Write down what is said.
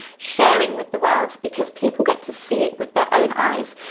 sharing with the world because people get to see it with their own eyes.